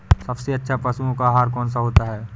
सबसे अच्छा पशुओं का आहार कौन सा होता है?